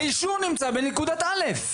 האישור נמצא בנקודה א'.